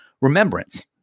Remembrance